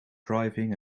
driving